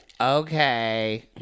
Okay